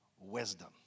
wisdom